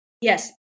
Yes